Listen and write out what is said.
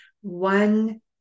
one